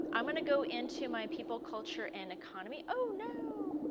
i am going to go into my people culture and economy. oh, no.